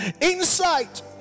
Insight